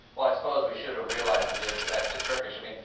but i suppose we should have realized the dish was actually turkish. i mean,